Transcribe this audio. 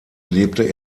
lebte